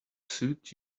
suit